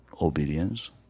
obedience